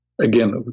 again